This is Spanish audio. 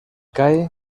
cae